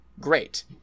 great